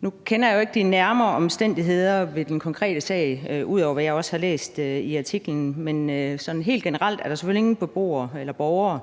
Nu kender jeg jo ikke de nærmere omstændigheder ved den konkrete sag, ud over hvad jeg også har læst i artiklen, men helt generelt er der selvfølgelig ingen beboere eller borgere,